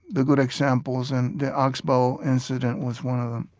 the good examples, and the ox-bow incident was one of them